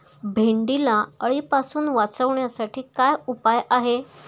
भेंडीला अळीपासून वाचवण्यासाठी काय उपाय आहे?